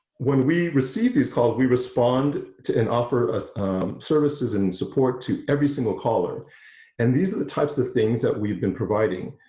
when we receive these calls we respond to in offer services and support to every single caller and these are the types of things that we've been providing,